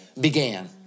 began